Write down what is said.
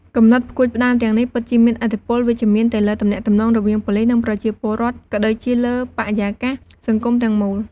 គំនិតផ្តួចផ្តើមទាំងនេះពិតជាមានឥទ្ធិពលវិជ្ជមានទៅលើទំនាក់ទំនងរវាងប៉ូលិស និងប្រជាពលរដ្ឋ ក៏ដូចជាលើបរិយាកាសសង្គមទាំងមូល។